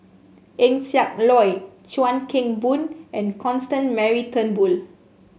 Eng Siak Loy Chuan Keng Boon and Constance Mary Turnbull